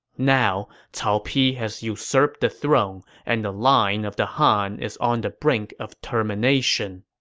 now, cao pi has usurped the throne and the line of the han is on the brink of termination.